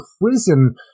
prison